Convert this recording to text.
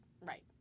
right